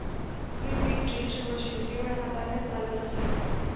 पूर्वी बीज ड्रिलचे मशीन केवळ हाताने चालत असे